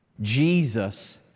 Jesus